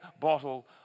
bottle